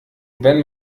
wenn